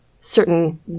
certain